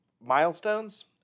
milestones